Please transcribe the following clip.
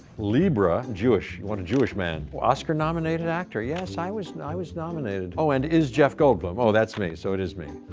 libra, jewish, you want a jewish man, oscar nominated actor, yes, i was i was nominated. oh, and is jeff goldblum. oh, that's me, so it is me.